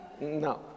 No